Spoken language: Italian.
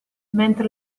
mentre